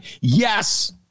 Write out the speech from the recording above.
yes